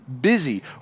busy